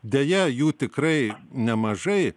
deja jų tikrai nemažai